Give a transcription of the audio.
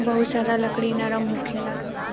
बहुत सारा लकड़ी नरम होखेला